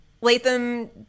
Latham